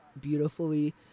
beautifully